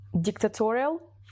dictatorial